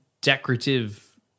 decorative